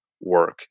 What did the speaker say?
work